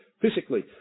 physically